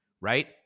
right